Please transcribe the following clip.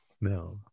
no